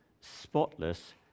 spotless